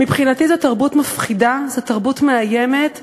מבחינתי זו תרבות מפחידה, זו תרבות מאיימת.